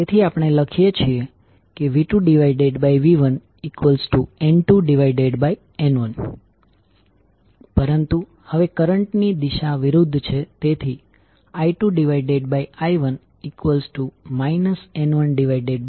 હવે બીજી કોઇલ માટે તમે શું લખી શકો છો v2i2R2L2di2dtMdi1dtV2R2jωL2I2jωMI1 તો ચાલો હવે બીજું ઉદાહરણ લઈએ જ્યાં આપણે આ સર્કિટ ને ધ્યાનમાં લઈએ છીએ જે અહી આકૃતિમાં બતાવ્યા પ્રમાણે છે